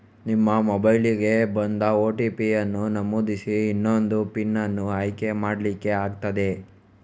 ನಿಮ್ಮ ಮೊಬೈಲಿಗೆ ಬಂದ ಓ.ಟಿ.ಪಿ ಅನ್ನು ನಮೂದಿಸಿ ಇನ್ನೊಂದು ಪಿನ್ ಅನ್ನು ಆಯ್ಕೆ ಮಾಡ್ಲಿಕ್ಕೆ ಆಗ್ತದೆ